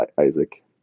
Isaac